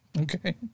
okay